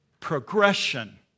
progression